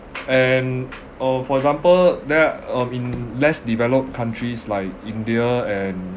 and uh for example there are um in less developed countries like india and